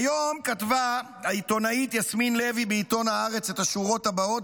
היום כתבה העיתונאית יסמין לוי בעיתון הארץ את השורות הבאות,